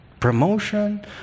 promotion